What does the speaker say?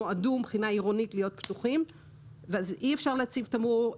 הן נועדו מבחינה עירונית להיות פתוחות ואי אפשר להציב תמרור.